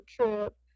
trip